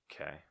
Okay